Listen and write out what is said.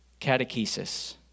Catechesis